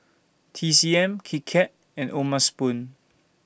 T C M Kit Kat and O'ma Spoon